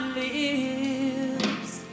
lips